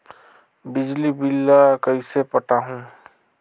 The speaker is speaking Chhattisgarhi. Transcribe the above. बिजली बिल ल कइसे पटाहूं?